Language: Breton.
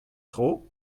tro